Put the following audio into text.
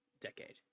decade